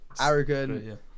arrogant